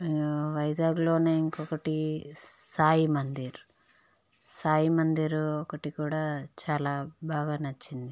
వైజాగ్లోనే ఇంకొకటి సాయి మందిర్ సాయి మందిర్ ఒకటి కూడా చాలా బాగా నచ్చింది